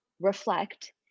reflect